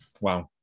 Wow